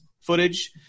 footage